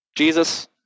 Jesus